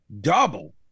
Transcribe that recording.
double